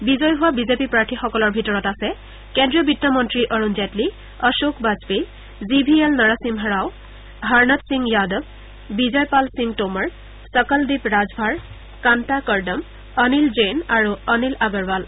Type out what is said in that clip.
বিজয়ী হোৱা বিজেপি পাৰ্থীসকলৰ মাজত আছে কেন্দ্ৰীয় বিত্তমন্তী Arun Jaitley Ashok Bajpai G V L Narasimha Rao Harnath Singh Yadav Vijay Pal Singh Tomar Sakaldeep Rajbhar Kanta Kardam Anil Jain আৰু অনিল আগৰবাল